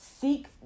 Seek